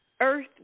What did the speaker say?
earth